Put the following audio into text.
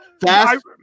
Fast